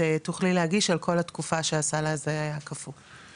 את תוכלי להגיש על כל התקופה שהסל הזה היה מוקפא.